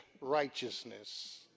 righteousness